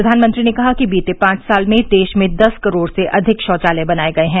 प्रधानमंत्री ने कहा कि बीते पांच साल में देश में दस करोड़ से अधिक शौचालय बनाए गये हैं